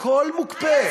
הכול מוקפא,